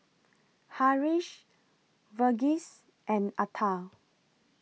Haresh Verghese and Atal